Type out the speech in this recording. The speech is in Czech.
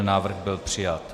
Návrh byl přijat.